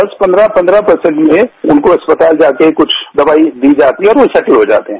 दस पंद्रह परसेंट में उनको अस्पताल जाकर कुछ दवाई दी जाती है और वो सेट्ल हो जाते हैं